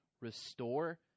restore